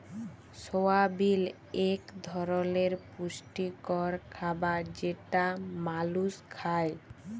সয়াবিল এক ধরলের পুষ্টিকর খাবার যেটা মালুস খায়